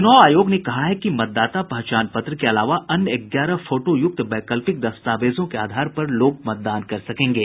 चुनाव आयोग ने कहा है कि मतदाता पहचान पत्र के अलावा अन्य ग्यारह फोटोयुक्त वैकल्पिक दस्तावेजों के आधार पर लोग मतदान कर सकेंगे